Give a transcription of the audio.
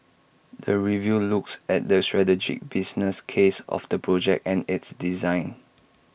the review looks at the strategic business case of the project and its design